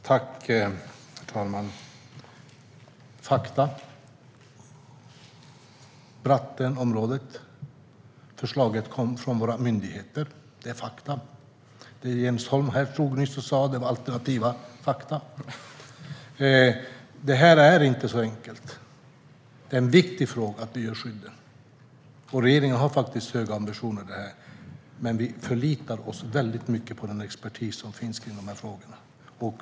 Herr talman! Fakta är att förslaget angående Brattenområdet kom från våra myndigheter. Detta är fakta. Det som Jens Holm nyss stod och sa är alternativa fakta. Allt detta är inte så enkelt. Att ge skydd är en viktig fråga, och regeringen har höga ambitioner. Men vi förlitar oss mycket på den expertis som finns i dessa frågor.